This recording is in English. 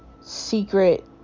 secret